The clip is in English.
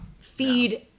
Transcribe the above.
Feed